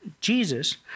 Jesus